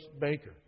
baker